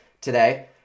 today